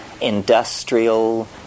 industrial